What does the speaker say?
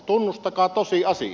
tunnustakaa tosiasia